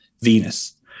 Venus